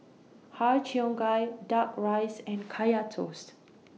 Har Cheong Gai Duck Rice and Kaya Toast